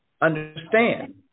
understand